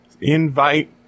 Invite